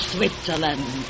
Switzerland